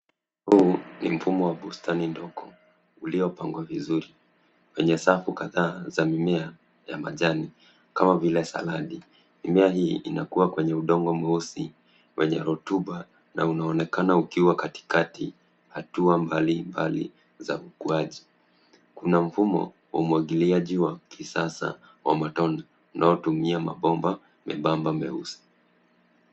Huu ni mfumo wa bustani ndogo ulio pangwa vizuri. Wenye safu kadhaa za mimea ya majani kama vile saladi. Mimea hii inakua kwenye udongo mweusi, wenye rotuba na unaonekana ukiwa katikati hatuwa mbalimbali za ukuaji. Kuna mfumo wa umwagiliaji wa kisasa wa matone unaotumia mabomba membamba meusi.